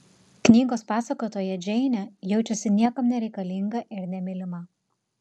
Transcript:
knygos pasakotoja džeinė jaučiasi niekam nereikalinga ir nemylima